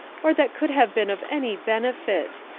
or that could have been of any benefit.